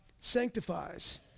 sanctifies